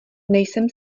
nejsem